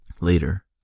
Later